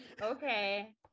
Okay